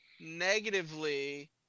negatively